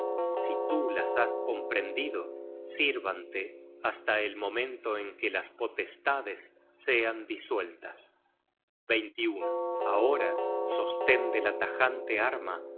si tú las has comprendido sírvante hasta el momento en que las potestades sean disueltas ahora sosten de la tajante arma